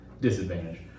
disadvantage